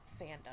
fandom